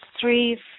three